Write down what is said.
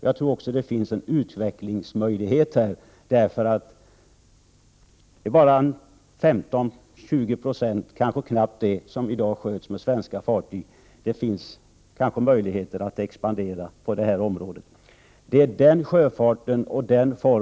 Jag tror också att det här finns en utvecklingsmöjlighet — det är bara 15—20 26, och kanske knappt det, av den trafiken som i dag sköts av svenska fartyg. Det finns kanske möjligheter att expandera på det området. Det kan bli möjligt nu.